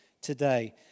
today